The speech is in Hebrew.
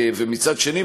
ומצד שני,